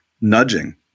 nudging